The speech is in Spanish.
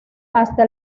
hasta